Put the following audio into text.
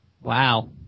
Wow